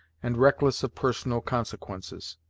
and reckless of personal consequences.